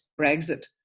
Brexit